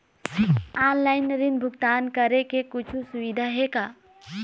Online ऋण भुगतान करे के कुछू सुविधा हे का?